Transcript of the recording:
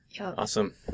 awesome